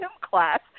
class